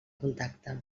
contacte